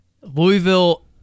Louisville